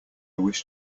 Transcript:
wish